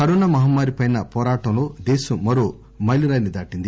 corona మహమ్మారిపై పోరాటంలో దేశం మరో మైలురాయిని దాటింది